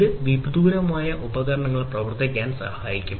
ഇത് വിദൂരമായി ഉപകരണങ്ങൾ പ്രവർത്തിപ്പിക്കാൻ സഹായിക്കും